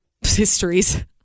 Histories